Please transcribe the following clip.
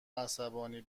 عصبانی